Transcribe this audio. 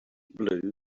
blue